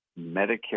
Medicare